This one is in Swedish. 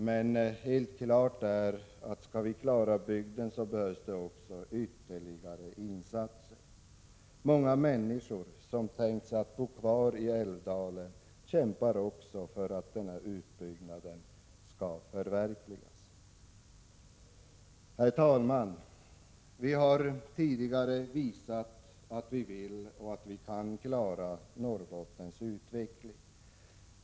Men nu krävs ytterligare aktiviteter för att bygden skall överleva. Många människor som tänkt sig att bo kvar kämpar för att utbyggnaden skall förverkligas. Herr talman! Vi har tidigare visat att vi vill och kan klara Norrbottens utveckling.